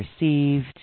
received